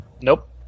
nope